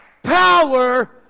power